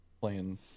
playing